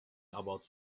about